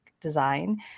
Design